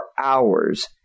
hours